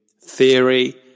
theory